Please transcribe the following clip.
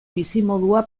bizimodua